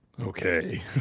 Okay